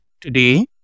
today